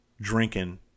drinking